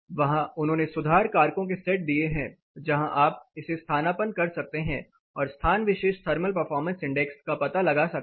वहां उन्होंने सुधार कारकों के सेट दिए हैं जहाँ आप इसे स्थानापन्न कर सकते हैं और स्थान विशेष थर्मल परफॉर्मेंस इंडेक्स का पता लगा सकते हैं